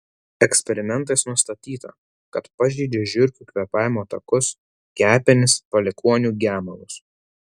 eksperimentais nustatyta kad pažeidžia žiurkių kvėpavimo takus kepenis palikuonių gemalus